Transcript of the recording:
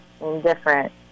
indifferent